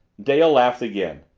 dale laughed again.